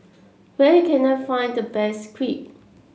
where can I find the best Crepe